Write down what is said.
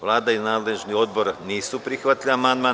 Vlada i nadležni odbor nisu prihvatili amandman.